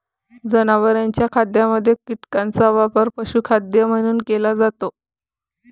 जनावरांच्या खाद्यामध्ये कीटकांचा वापर पशुखाद्य म्हणून केला जातो